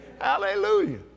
Hallelujah